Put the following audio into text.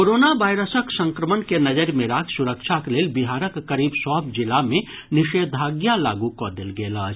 corona वायरसक संक्रमण के नजरि मे राखि सुरक्षाक लेल बिहारक करीब सभ जिला मे निषेधाज्ञा लागू कऽ देल गेल अछि